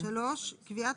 כמו שאמרנו,